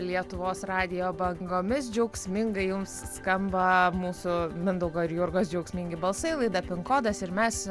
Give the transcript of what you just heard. lietuvos radijo bangomis džiaugsmingai jums skamba mūsų mindaugo ir jurgos džiaugsmingi balsai laida kodas ir mes